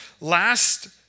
last